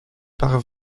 par